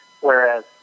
Whereas